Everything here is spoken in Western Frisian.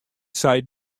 seit